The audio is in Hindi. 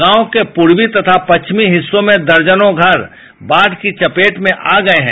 गांव के पूर्वी तथा पश्चिमी हिस्सों में दर्जनों घर बाढ़ की चपेट में आ गये हैं